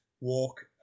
walk